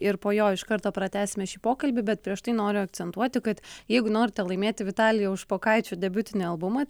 ir po jo iš karto pratęsime šį pokalbį bet prieš tai noriu akcentuoti kad jeigu norite laimėti vitalijaus špokaičio debiutinį albumą